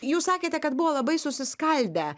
jūs sakėte kad buvo labai susiskaldę